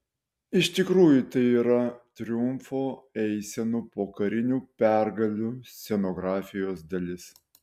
iš tikrųjų tai yra triumfo eisenų po karinių pergalių scenografijos dalis